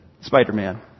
Spider-Man